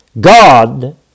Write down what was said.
God